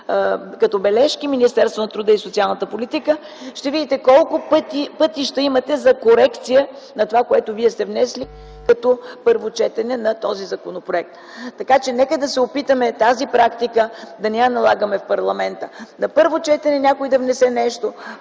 като бележки на Министерството на труда и социалната политика, ще видите колко пътища имате за корекция на онова, което сте внесли като първо четене на този законопроект. Нека се опитаме да не налагаме такава практика в парламента – на първо четене някой да внесе нещо,